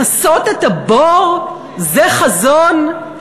לכסות את הבור, זה חזון?